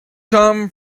come